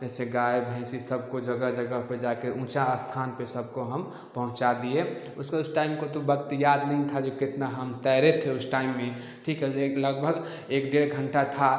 ऐसे गाय भैंसी सब को जगह जगह पर जा कर ऊँचा स्थान पर सबको हम पहुँचा दिए उसका उस टाइम का तो वक्त याद नही था जो कितना हम तैरे थे उस टाइम में ठीक है जो एक लगभग एक डेढ़ घंटा था